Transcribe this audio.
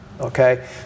okay